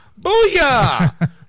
booyah